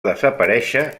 desaparèixer